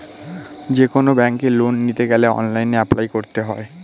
যেকোনো ব্যাঙ্কে লোন নিতে গেলে অনলাইনে অ্যাপ্লাই করতে হয়